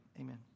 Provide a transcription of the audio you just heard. Amen